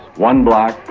one black,